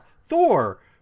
Thor